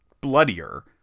bloodier